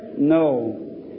No